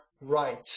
right